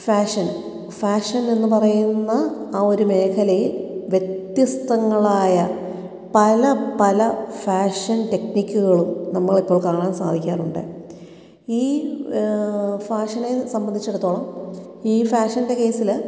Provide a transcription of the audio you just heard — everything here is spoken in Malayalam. ഫാഷൻ ഫാഷനെന്ന് പറയുന്ന ആ ഒരു മേഖലയിൽ വ്യത്യസ്തങ്ങളായ പല പല ഫാഷൻ ടെക്നിക്കുകളും നമ്മളിപ്പോൾ കാണാൻ സാധിക്കാറുണ്ട് ഈ ഫാഷനെ സംബന്ധിച്ചിടത്തോളം ഈ ഫാഷൻ്റെ കേസിൽ